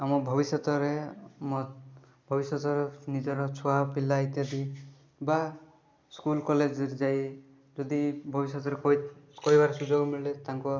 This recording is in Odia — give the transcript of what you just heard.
ଆମ ଭବିଷ୍ୟତରେ ମୋ ଭବିଷ୍ୟତ ନିଜର ଛୁଆ ପିଲା ଇତ୍ୟାଦି ବା ସ୍କୁଲ କଲେଜରେ ଯାଇ ଯଦି ଯଦି ଭବିଷ୍ୟତରେ କହି କହିବାର ସୁଯୋଗ ମିଳେ ତାଙ୍କ